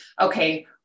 okay